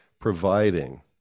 providing